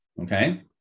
okay